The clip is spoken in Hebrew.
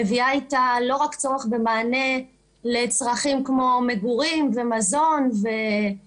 מביאה איתה לא רק צורך במענה לצרכים כמו מגורים ומזון ובריאות,